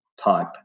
type